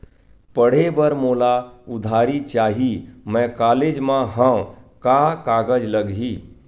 पढ़े बर मोला उधारी चाही मैं कॉलेज मा हव, का कागज लगही?